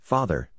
Father